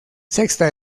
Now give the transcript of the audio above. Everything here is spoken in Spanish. sexta